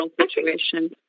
situation